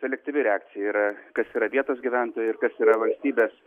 selektyvi reakcija yra kas yra vietos gyventojai ir kas yra valstybės